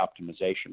Optimization